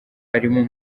harimo